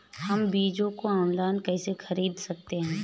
हम बीजों को ऑनलाइन कैसे खरीद सकते हैं?